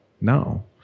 No